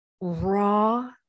raw